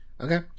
Okay